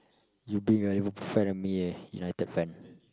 you being a Liverpool fan and me a United fan